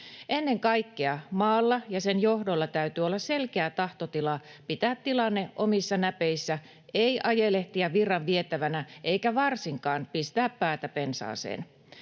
Ennen kaikkea maalla ja sen johdolla täytyy olla selkeä tahtotila pitää tilanne omissa näpeissä, ei ajelehtia virran vietävänä eikä varsinkaan pistää päätä pensaaseen.